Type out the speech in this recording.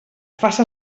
faça